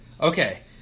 Okay